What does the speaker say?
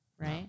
right